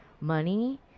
money